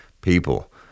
People